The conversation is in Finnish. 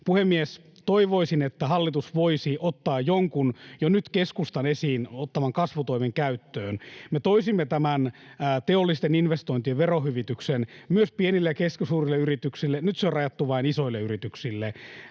Puhemies! Toivoisin, että hallitus voisi ottaa jonkun jo nyt keskustan esiin ottaman kasvutoimen käyttöön. Me toisimme tämän teollisten investointien verohyvityksen myös pienille ja keskisuurille yrityksille — nyt se on rajattu vain isoille yrityksille.